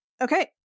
Okay